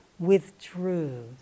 withdrew